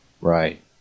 Right